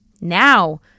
Now